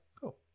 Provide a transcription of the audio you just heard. Cool